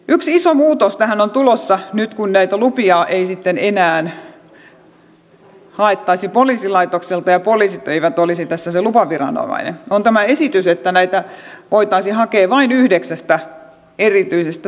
yksi iso muutos joka tähän on tulossa nyt kun näitä lupia ei sitten enää haettaisi poliisilaitokselta ja poliisit eivät olisi tässä se lupaviranomainen on tämä esitys että näitä voitaisiin hakea vain yhdeksästä erityisestä toimipisteestä